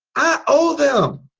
i owe them!